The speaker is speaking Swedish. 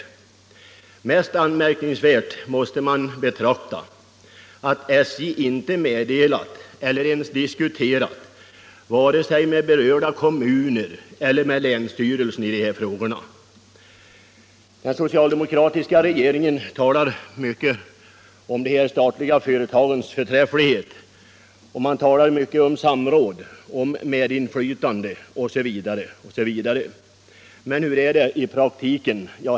Som det mest anmärkningsvärda måste man betrakta att SJ inte ens har diskuterat frågorna vare sig med berörda kommuner eller med länsstyrelsen. Den socialdemokratiska regeringen talar mycket om de statliga företagens förträfflighet, den talar om samråd, om medinflytande osv. Men hur är det i praktiken?